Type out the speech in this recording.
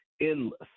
endless